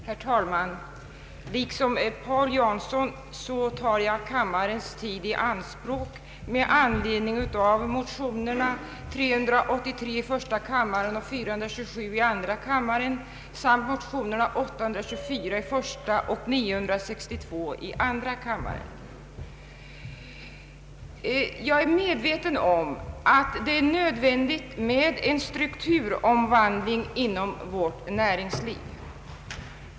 Herr talman! Liksom herr Paul Jansson tar jag kammarens tid i anspråk med anledning av motionerna I:383 och II: 427 samt 1: 824 och II: 962. Jag är medveten om att det är nödvändigt med en strukturomvandling inom vårt näringsliv.